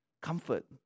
comfort